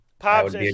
Pops